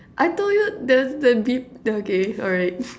I told you the the okay alright